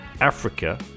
Africa